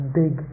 big